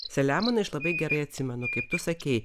selemonai aš labai gerai atsimenu kaip tu sakei